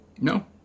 No